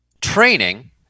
training